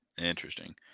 Interesting